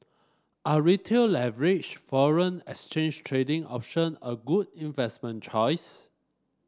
are Retail leveraged foreign exchange trading option a good investment choice